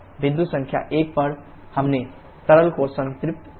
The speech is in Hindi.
बिंदु संख्या 1 पर हमने तरल को संतृप्त किया है